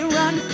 run